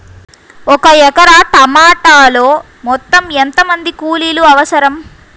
ఒక ఎకరా టమాటలో మొత్తం ఎంత మంది కూలీలు అవసరం?